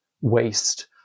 waste